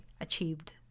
achieved